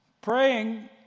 Praying